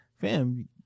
fam